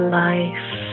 life